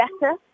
better